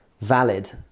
valid